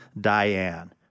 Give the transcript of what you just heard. Diane